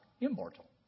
immortal